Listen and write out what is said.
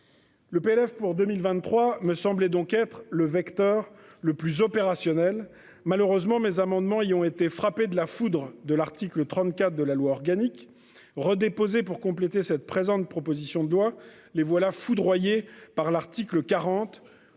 Le PLF pour 2023 me semblait donc être le vecteur le plus opérationnel malheureusement mes amendements ayant ont été frappé de la foudre de l'article 34 de la loi organique redéposer pour compléter cette présente, proposition de loi. Les voilà foudroyée par l'article 40,